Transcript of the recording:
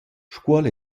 scuol